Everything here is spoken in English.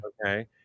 Okay